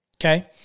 Okay